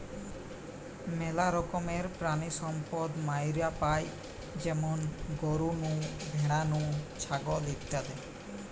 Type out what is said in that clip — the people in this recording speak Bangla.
মেলা রকমের প্রাণিসম্পদ মাইরা পাই যেমন গরু নু, ভ্যাড়া নু, ছাগল ইত্যাদি